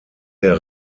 der